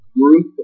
group